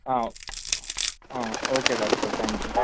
okay doctor thank you